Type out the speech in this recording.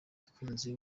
ikunze